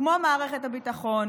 כמו מערכת הביטחון,